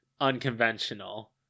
Unconventional